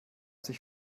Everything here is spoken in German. sich